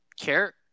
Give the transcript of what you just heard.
care